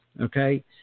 Okay